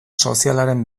sozialaren